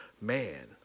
man